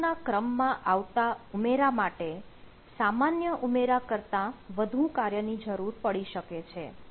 ગોઠવણના ક્રમમાં કરવામાં આવતા ઉમેરા માટે સામાન્ય ઉમેરા કરતાં વધુ કાર્ય ની જરૂર પડી શકે છે